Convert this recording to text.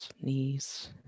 knees